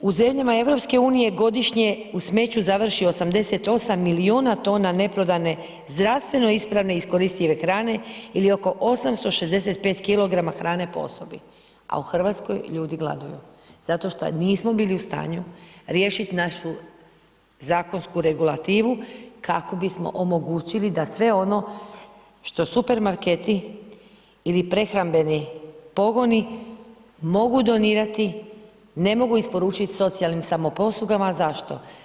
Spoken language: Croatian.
U zemljama EU-a godišnje u smeću završi 88 milijuna tona na neprodane, zdravstveno ispravne i iskoristive hrane ili oko 865 kg hrane po osobi, a u RH ljudi gladuju, zato što nismo bili u stanju riješit našu zakonsku regulativu kako bismo omogućili da sve ono što Supermarketi ili prehrambeni pogoni mogu donirati, ne mogu isporučiti socijalnim samoposlugama, a zašto?